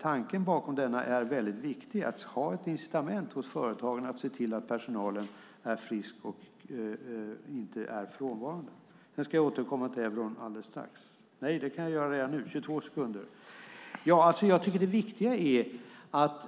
Tanken bakom denna är väldigt viktig, att ha ett incitament för företagen att se till att personalen är frisk och inte frånvarande. När det gäller euron tycker jag att det viktiga är att